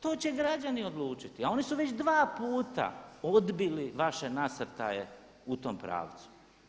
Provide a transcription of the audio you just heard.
To će građani odlučiti a oni su već dva puta odbili vaše nasrtaje u tom pravcu.